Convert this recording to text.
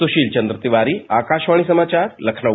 सुशील चन्द्र तिवारी आकाशवाणी समाचार लखनऊ